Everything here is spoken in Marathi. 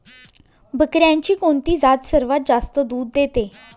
बकऱ्यांची कोणती जात सर्वात जास्त दूध देते?